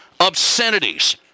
obscenities